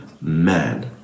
man